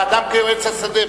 האדם כעץ השדה,